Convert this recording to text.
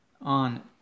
on